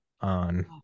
on